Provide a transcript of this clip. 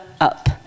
up